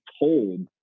told